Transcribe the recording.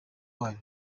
wayo